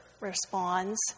responds